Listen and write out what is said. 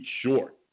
short